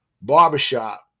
barbershop